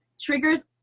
Triggers